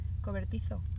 cobertizo